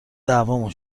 دعوامون